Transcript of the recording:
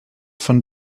von